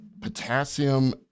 potassium